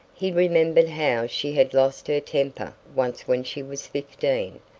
he remembered how she had lost her temper once when she was fifteen,